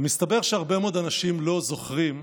ומסתבר שהרבה מאוד אנשים לא זוכרים,